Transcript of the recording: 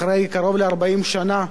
אחרי קרוב ל-40 שנה,